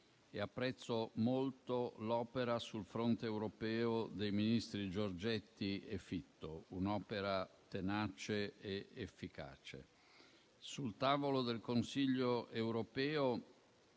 e apprezzo molto l'opera sul fronte europeo dei ministri Giorgetti e Fitto: un'opera tenace ed efficace. Sul tavolo del Consiglio europeo